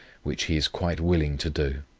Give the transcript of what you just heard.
which he is quite willing to do.